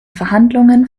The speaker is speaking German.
verhandlungen